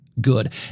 good